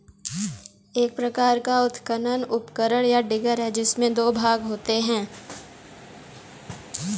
एक प्रकार का उत्खनन उपकरण, या डिगर है, जिसमें दो भाग होते है